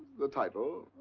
the title.